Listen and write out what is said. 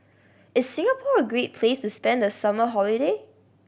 is Singapore a great place to spend the summer holiday